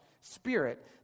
spirit